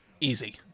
Easy